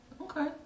okay